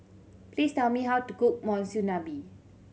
please tell me how to cook Monsunabe